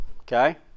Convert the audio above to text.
okay